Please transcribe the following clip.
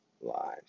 lives